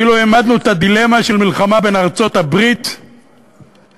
כאילו העמדנו את הדילמה של מלחמה בין ארצות-הברית לישראל